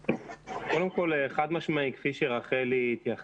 כל המטפלים וכל המורים שעומדים בתנאי הסף לקבלה למערכת החינוך,